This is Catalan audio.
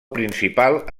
principal